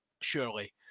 surely